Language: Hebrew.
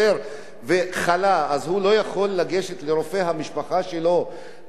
הוא לא יכול לגשת לרופא המשפחה שלו ולקבל את הטיפול בזמן?